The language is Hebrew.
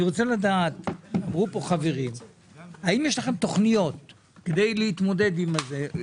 אני רוצה לדעת האם יש לכם תכניות כדי להתמודד עם זה.